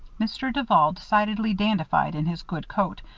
mr. duval, decidedly dandified in his good coat,